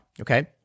okay